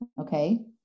okay